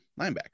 linebacker